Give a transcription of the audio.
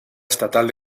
estatal